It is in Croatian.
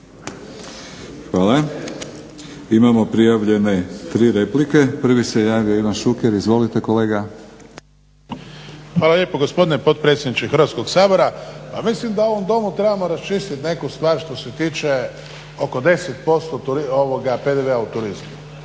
Hvala. Imamo prijavljene 3 replike. Prvi se javio Ivan Šuker. Izvolite kolega. **Šuker, Ivan (HDZ)** Hvala lijepo gospodine potpredsjedniče Hrvatskog sabora. Pa mislim da u ovom Domu trebamo raščistiti neku stvar što se tiče oko 10% PDV-a u turizmu.